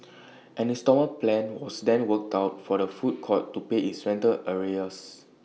an instalment plan was then worked out for the food court to pay its rental arrears